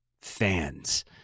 fans